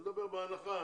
אני מדבר בהנחה,